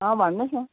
अँ भन्नुहोस् न